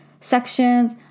sections